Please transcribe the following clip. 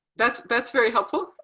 that's that's very helpful.